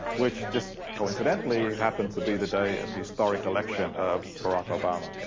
which just coincidentally happened to be the day of the historic election of barack obama.